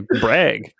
brag